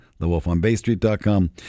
TheWolfOnBayStreet.com